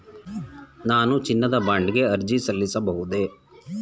ನಾನು ಚಿನ್ನದ ಬಾಂಡ್ ಗೆ ಅರ್ಜಿ ಸಲ್ಲಿಸಬಹುದೇ?